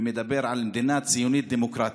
ודיבר על מדינה ציונית-דמוקרטית.